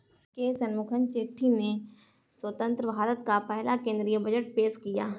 के शनमुखम चेट्टी ने स्वतंत्र भारत का पहला केंद्रीय बजट पेश किया